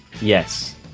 yes